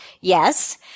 yes